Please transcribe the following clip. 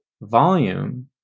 volume